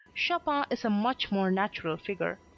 chopin is a much more natural figure,